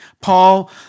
Paul